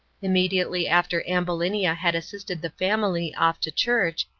immediately after ambulinia had assisted the family off to church,